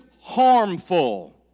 harmful